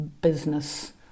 business